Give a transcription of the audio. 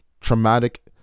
traumatic